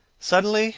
suddenly